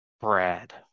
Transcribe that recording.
Brad